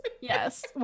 yes